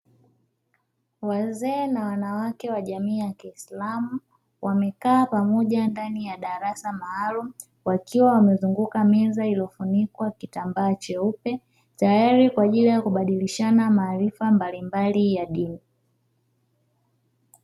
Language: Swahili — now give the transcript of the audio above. Wazee na wanawake wa jamii ya kiislamu, wamekaa pamoja ndani ya darasa maalumu, wakiwa wamezunguka meza iliyofunikwa kitambaa cheupe, tayari kwa ajili ya kubadilishana maarifa mballimbali ya dini.